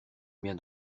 bien